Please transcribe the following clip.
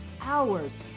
hours